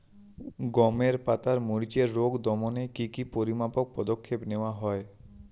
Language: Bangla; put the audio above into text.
গমের পাতার মরিচের রোগ দমনে কি কি পরিমাপক পদক্ষেপ নেওয়া হয়?